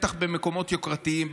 בטח במקומות יוקרתיים,